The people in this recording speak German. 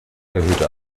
erhöhte